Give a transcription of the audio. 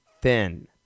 thin